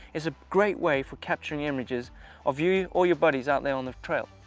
it's a great way for capturing images of you or your buddies out there on the trail.